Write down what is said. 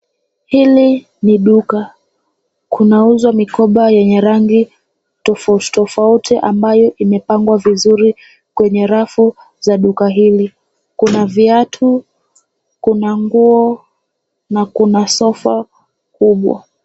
Hili ni duka, kunauzwa mikoba yenye rangi tofautitofauti ambayo imepangwa vizuri kwenye rafu za duka hili. Kuna viatu ,kuna nguo na kuna sofa kubwa.